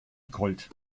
colt